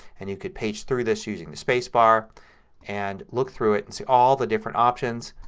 and you can page through this using the space bar and look through it and see all the different options.